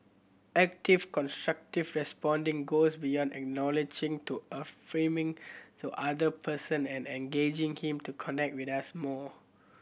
active constructive responding goes beyond acknowledging to affirming the other person and engaging him to connect with us more